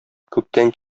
күптән